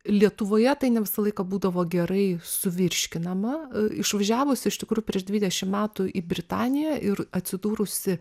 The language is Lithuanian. lietuvoje tai ne visą laiką būdavo gerai suvirškinama išvažiavusi iš tikrų prieš dvidešim metų į britaniją ir atsidūrusi